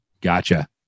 Gotcha